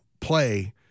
play